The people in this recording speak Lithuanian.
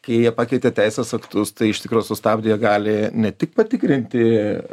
kai jie pakeitė teisės aktus tai iš tikro sustabdė gali ne tik patikrinti